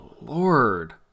lord